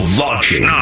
launching